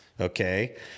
okay